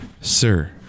Sir